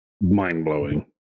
mind-blowing